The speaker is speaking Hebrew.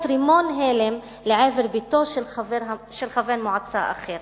רימון הלם לעבר ביתו של חבר מועצה אחר,